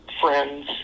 friends